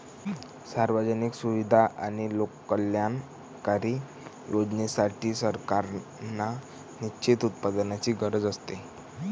सार्वजनिक सुविधा आणि लोककल्याणकारी योजनांसाठी, सरकारांना निश्चित उत्पन्नाची गरज असते